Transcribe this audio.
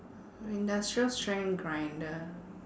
industrial strength grinder